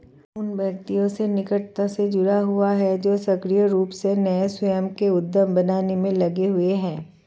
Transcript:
उन व्यक्तियों से निकटता से जुड़ा हुआ है जो सक्रिय रूप से नए स्वयं के उद्यम बनाने में लगे हुए हैं